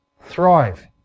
thrive